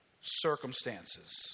circumstances